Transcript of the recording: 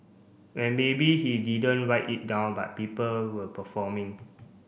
and maybe he didn't write it down but people were performing